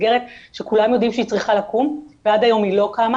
מסגרת שכולם יודעים שהיא צריכה לקום ועד היום היא לא קמה